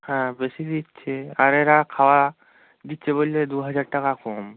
হ্যাঁ বেশি দিচ্ছে আর এরা খাওয়া দিচ্ছে বলে দু হাজার টাকা কম